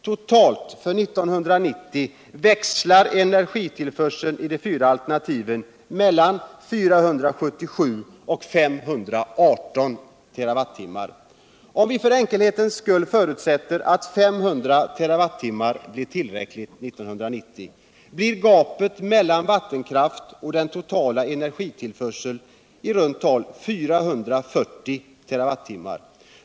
Totalt för 1990 växlar energitillförseln i de fyra alternativen mellan 477 och 518 terawattinimar. Om vi för enkelhetens skull förutsätter att 500 terawattimmar blir tillräckligt 1990, blir gapet mellan vattenkraften och den totala energiillförseln i runt tal 440 terawattummar.